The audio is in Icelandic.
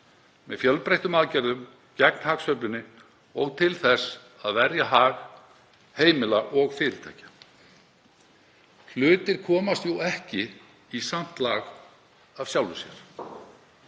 með fjölbreyttum aðgerðum, gegn hagsveiflunni og til þess að verja hag heimila og fyrirtækja. Hlutir komast jú ekki í samt lag af sjálfu sér,